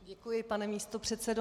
Děkuji, pane místopředsedo.